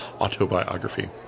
autobiography